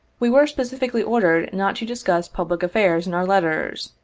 we were specifically ordered not to discuss public affairs in our letters.